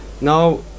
Now